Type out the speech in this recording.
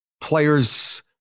players